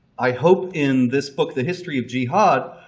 i hope in this book, the history of jihad,